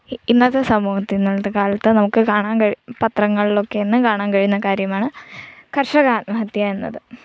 ഇന്നത്തെ സമൂഹത്തിൽ ഇന്നത്തെ കാലത്ത് നമുക്ക് കാണാൻ കഴി പത്രങ്ങളിലൊക്കെ എന്നും കാണാൻ കഴിയുന്ന കാര്യമാണ് കർഷക ആത്മഹത്യ എന്നത്